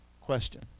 Question